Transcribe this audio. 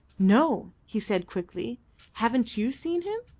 no, he said quickly haven't you seen him?